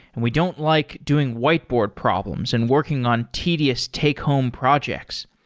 and we don't like doing whiteboard problems and working on tedious take home projects.